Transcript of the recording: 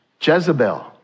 Jezebel